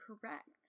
correct